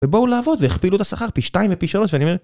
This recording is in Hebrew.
ובואו לעבוד, והכפילו את השכר, פי 2 ופי 3 ואני אומר...